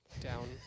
down